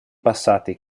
passati